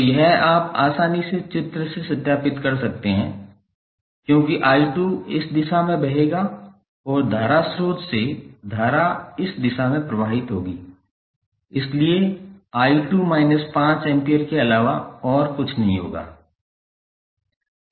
तो यह आप आसानी से चित्र से सत्यापित कर सकते हैं क्योंकि 𝑖2 इस दिशा में बहेगा और धारा स्रोत से धारा इस दिशा में प्रवाहित होगी इसलिए 𝑖2 minus 5 एम्पीयर के अलावा और कुछ नहीं होगा